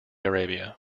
arabia